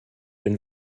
wenn